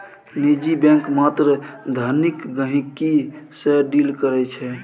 निजी बैंक मात्र धनिक गहिंकी सँ डील करै छै